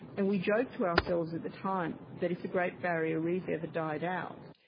and we joked to ourselves at the time that if the great barrier reef ever died out,